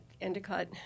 Endicott